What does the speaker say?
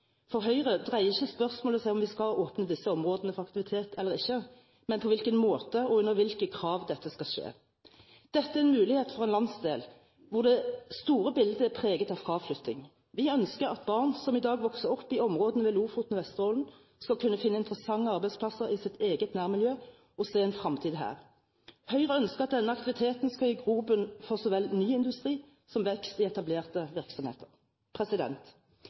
For Høyre dreier ikke spørsmålet seg om hvorvidt vi skal åpne disse områdene for aktivitet eller ikke, men om på hvilken måte og under hvilke krav dette skal skje. Dette er en mulighet for en landsdel hvor det store bildet er preget av fraflytting. Vi ønsker at barn som i dag vokser opp i områdene ved Lofoten og Vesterålen, skal kunne finne interessante arbeidsplasser i sitt eget nærmiljø og se en fremtid her. Høyre ønsker at denne aktiviteten skal gi grobunn for ny industri så vel som vekst i etablerte virksomheter.